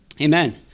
amen